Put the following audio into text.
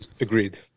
agreed